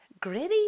Gritty